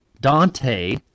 Dante